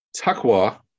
Takwa